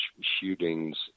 shootings